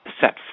set